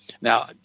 Now